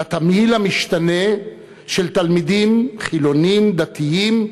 לתמהיל המשתנה של תלמידים חילונים, דתיים,